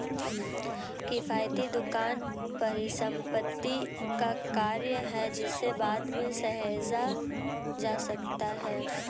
किफ़ायती दुकान परिसंपत्ति का कार्य है जिसे बाद में सहेजा जा सकता है